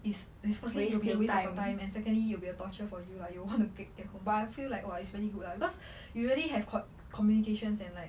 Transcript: it's supposedly it'll be a waste of time and secondly it will be a torture for you lah you want get get home but I feel like !wah! it's really good lah cause you really have com~ communications and like